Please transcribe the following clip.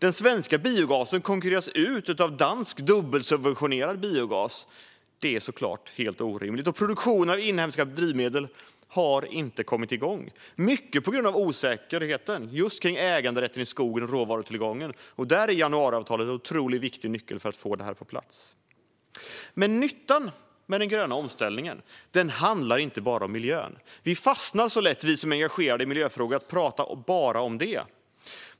Den svenska biogasen konkurreras ut av dansk dubbelsubventionerad biogas. Det är såklart helt orimligt. Produktionen av inhemska drivmedel har inte kommit igång, mycket på grund av osäkerheten kring äganderätten i skogen och råvarutillgången. Januariavtalet är en otroligt viktig nyckel för att få detta på plats. Nyttan med den gröna omställningen handlar dock inte bara om miljön. Vi som är engagerade i miljöfrågor fastnar lätt i att bara prata om det.